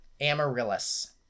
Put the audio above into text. Amaryllis